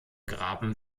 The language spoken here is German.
graben